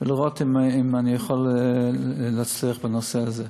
לראות אם אני יכול להצליח בנושא הזה,